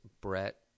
brett